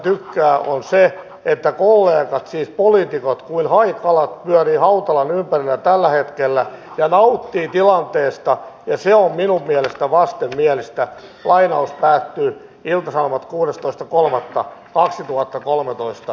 työ on parasta lääkettä siihen ja työhön pääsee yleensä joko kielitaidon ja entisen ammattitaustan koulutuksen kautta tai sitten uudelleenkouluttautumalla tai freesaamalla sitä ammattikoulutusta joka on